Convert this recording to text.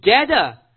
together